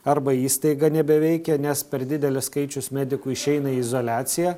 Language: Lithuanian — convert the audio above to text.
arba įstaiga nebeveikia nes per didelis skaičius medikų išeina į izoliaciją